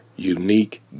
Unique